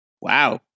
Wow